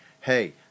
hey